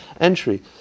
entry